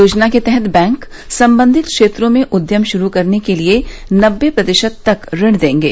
योजना के तहत बैंक संबंधित क्षेत्रों में उद्यम शुरू करने के लिए नब्बे प्रतिशत तक ऋण देंगे